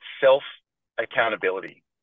self-accountability